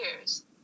years